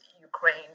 Ukraine